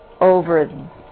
over